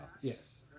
yes